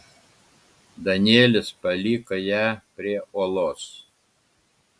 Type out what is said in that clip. danielis paliko ją prie uolos